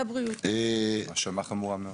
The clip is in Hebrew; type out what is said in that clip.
זו האשמה חמורה מאוד.